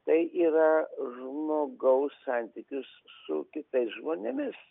tai yra žmogaus santykius su kitais žmonėmis